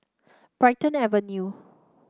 Brighton Avenue